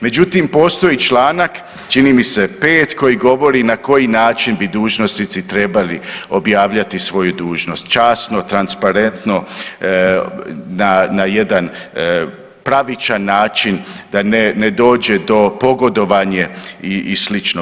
Međutim, postoji članak čini mi se 5. koji govori na koji način bi dužnosnici trebali objavljati svoju dužnost, časno, transparentno, na jedan pravičan način da ne dođe do pogodovanja i slično.